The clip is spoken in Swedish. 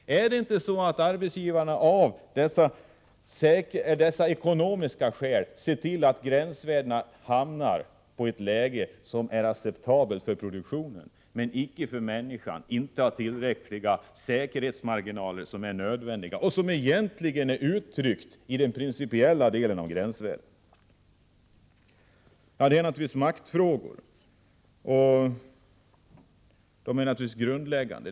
Är det inte så att arbetsgivarna av olika skäl ser till att gränsvärdena hamnar på ett läge som är acceptabelt för produktionen men icke för människan, att man inte har de säkerhetsmarginaler som är nödvändiga — och som egentligen uttrycks principiellt genom gränsvärdena? Det gäller naturligtvis maktfrågor, och de är grundläggande.